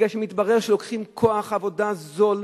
כי מתברר שלוקחים כוח עבודה זול,